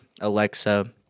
Alexa